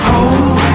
Hold